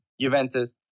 Juventus